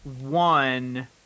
one